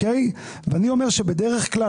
אני אומר שבדרך כלל,